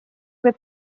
võib